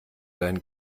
deinen